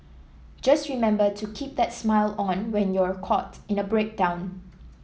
just remember to keep that smile on when you're caught in a breakdown